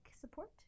support